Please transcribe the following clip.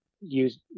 use